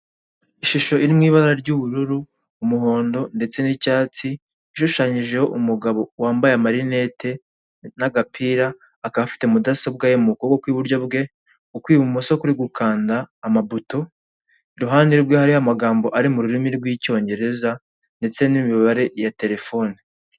Ishusho iri mu ibara ry'ubururu, umuhondo ndetse n'icyatsi ishushanyijeho umugabo wambaye marinete n'agapira, akaba afite mudasobwa ye mu kuboko kw'iburyo bwe ukw'ibumoso kuri gukanda amabuto, iruhande rwe hariho amagambo ari mu rurimi rw'icyongereza ndetse n'imibare ya telefone.